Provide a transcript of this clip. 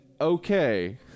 okay